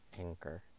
anchor